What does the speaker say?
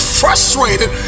frustrated